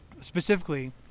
specifically